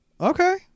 Okay